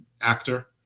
actor